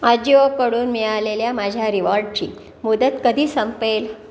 आजिओकडून मिळालेल्या माझ्या रिवॉडची मुदत कधी संपेल